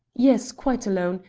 yes, quite alone.